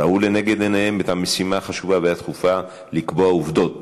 ראו לנגד עיניהם את המשימה החשובה והדחופה: לקבוע עובדות